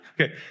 Okay